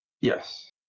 Yes